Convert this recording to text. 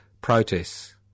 protests